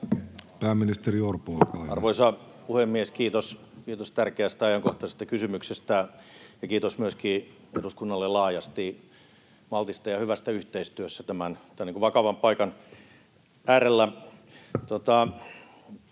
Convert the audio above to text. Time: 16:32 Content: Arvoisa puhemies! Kiitos tärkeästä ja ajankohtaisesta kysymyksestä, ja kiitos myöskin eduskunnalle laajasti maltista ja hyvästä yhteistyöstä tämän vakavan paikan äärellä.